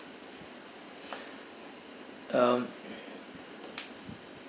um